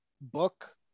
book